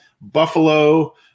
Buffalo